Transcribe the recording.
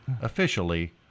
officially